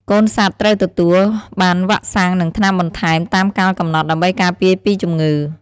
កូនសត្វត្រូវទទួលបានវ៉ាក់សាំងនិងថ្នាំបន្ថែមតាមកាលកំណត់ដើម្បីការពារពីជំងឺ។